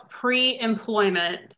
pre-employment